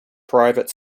private